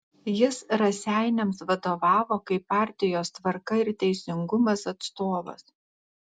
jis raseiniams vadovavo kaip partijos tvarka ir teisingumas atstovas